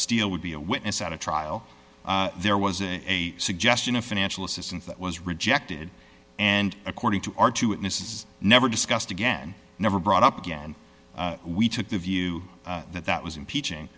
steele would be a witness at a trial there was a suggestion of financial assistance that was rejected and according to our two witnesses never discussed again never brought up again we took the view that that was impeaching